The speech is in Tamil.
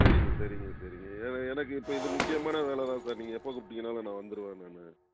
சரிங்க சரிங்க சரிங்க ஏன்னா எனக்கு இப்போ இது முக்கியமான வேலை தான் சார் நீங்கள் எப்போ கூப்பிட்டீங்கனாலும் நான் வந்துடுவேன் நான்